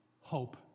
Hope